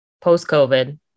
post-COVID